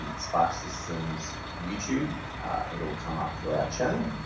and sparx systems youtube it'll come up to our channel!